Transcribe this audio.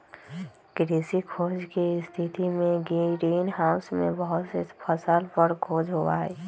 कृषि खोज के स्थितिमें ग्रीन हाउस में बहुत से फसल पर खोज होबा हई